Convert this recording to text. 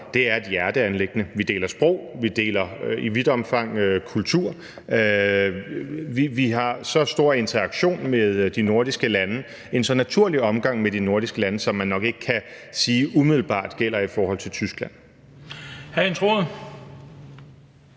er et hjerteanliggende: Vi deler sprog, vi deler i vidt omfang kultur, og vi har så stor en interaktion med de nordiske lande, en så naturlig omgang med de nordiske lande, som man nok ikke umiddelbart kan sige gælder i forhold til Tyskland.